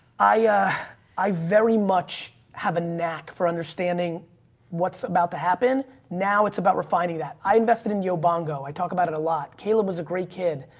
i i i very much have a knack for understanding what's about to happen now. it's about refining that i invested in yeah bongo. i talk about it a lot. caleb was a great kid,